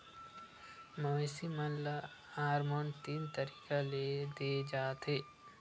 मवेसी मन ल हारमोन तीन तरीका ले दे जाथे